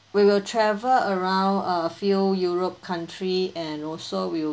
we will travel around a few europe country and also we'll